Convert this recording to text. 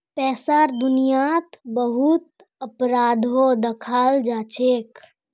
पैसार दुनियात बहुत अपराधो दखाल जाछेक